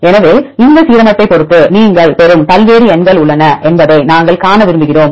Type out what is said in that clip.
எனவே இந்த ஒரு சீரமைப்பைப் பொறுத்து நீங்கள் பெறும் பல்வேறு எண்கள் உள்ளன என்பதை நாங்கள் காண விரும்புகிறோம்